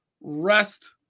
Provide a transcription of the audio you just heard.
rest